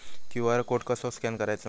QR code कसो scan करायचो?